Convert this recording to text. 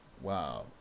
wow